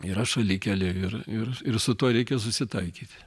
yra šalikelė ir ir ir su tuo reikia susitaikyti